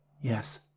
Yes